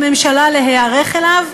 ובעצם הם קבלן הביצוע של ממשלת ישראל.